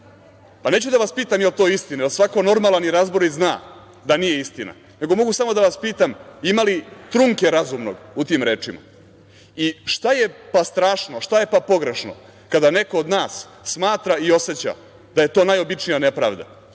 Pa, neću da vas pitam da li je to istina, jer svako normalan ko je razborit zna da nije istina. Mogu samo da vas pitam, ima li trunke razuma u tim rečima? Šta je pa i strašno, šta je pa pogrešno kada neko od nas smatra i oseća da je to najobičnija nepravda,